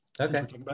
Okay